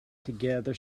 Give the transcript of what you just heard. together